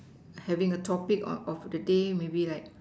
having a topic of of the day maybe like